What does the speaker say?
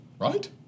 Right